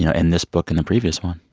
you know in this book and the previous one?